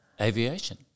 aviation